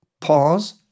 pause